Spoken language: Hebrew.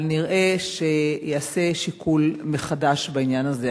אבל נראה שייעשה שיקול מחדש בעניין הזה.